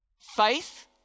Faith